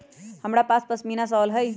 हमरा पास पशमीना शॉल हई